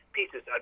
pieces